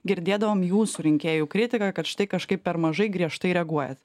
girdėdavom jų surinkėjų kritiką kad štai kažkaip per mažai griežtai reaguojat